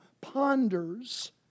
ponders